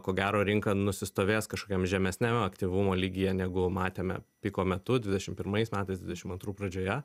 ko gero rinka nusistovės kažkokiam žemesniam aktyvumo lygyje negu matėme piko metu dvidešim pirmais metais dvidešim antrų pradžioje